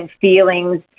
feelings